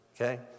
okay